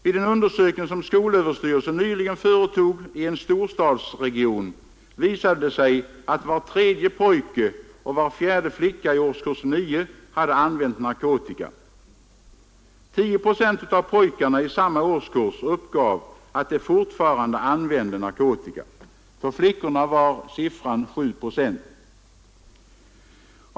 Vid en undersökning som skolöverstyrelsen nyligen företog i en storstadsregion visade det sig att var tredje pojke och var fjärde flicka i årskurs 9 hade använt narkotika. 10 procent av pojkarna i samma årskurs uppgav att de fortfarande använde narkotika. För flickorna var siffran 7 procent.